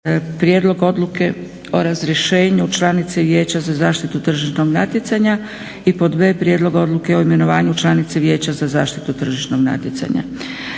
Prijedlog odluke o razrješenju članice Vijeća za zaštitu tržišnog natjecanja; b) Prijedlog odluke o imenovanju članice Vijeća za zaštitu tržišnog natjecanja.